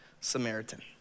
Samaritan